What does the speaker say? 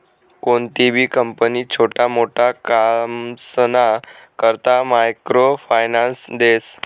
कोणतीबी कंपनी छोटा मोटा कामसना करता मायक्रो फायनान्स देस